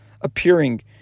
appearing